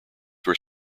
were